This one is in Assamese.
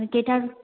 কেইটা